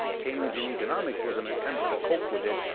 keynesian economics was an attempt to cope with it.